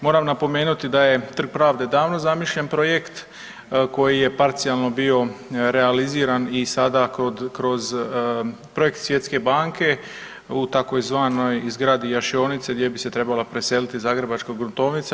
Moram napomenuti da je Trg pravde davno zamišljen projekt koji je parcijalno bio realiziran i sada kroz projekt Svjetske banke u tzv. zgradi jašionice gdje bi se trebala preseliti Zagrebačka gruntovnica.